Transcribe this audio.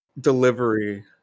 delivery